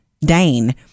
Dane